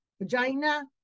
vagina